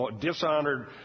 dishonored